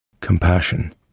Compassion